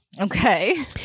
Okay